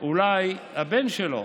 שאולי הבן שלו.